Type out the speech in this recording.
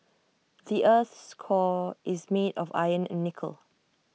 the Earth's core is made of iron and nickel